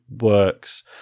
works